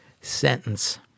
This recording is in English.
sentence